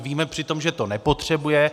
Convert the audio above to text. Víme přitom, že to nepotřebuje.